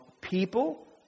People